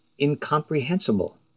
incomprehensible